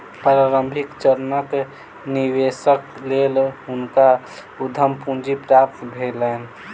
प्रारंभिक चरणक निवेशक लेल हुनका उद्यम पूंजी प्राप्त भेलैन